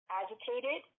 agitated